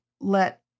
let